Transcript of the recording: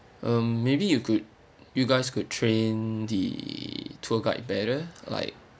um maybe you could you guys could train the tour guide better like